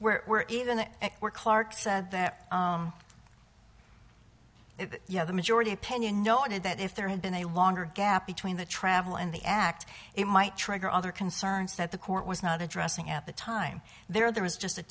where were even more clarke said there it yeah the majority opinion noted that if there had been a longer gap between the travel and the act it might trigger other concerns that the court was not addressing at the time there was just